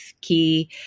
key